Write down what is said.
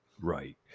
Right